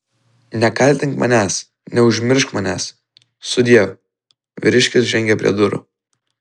nekaltink manęs neužmiršk manęs sudieu vyriškis žengė prie durų